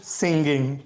singing